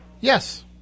Yes